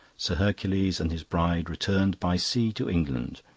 sir hercules and his bride returned by sea to england,